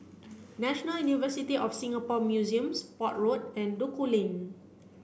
National University of Singapore Museums Port Road and Duku Lane